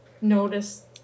notice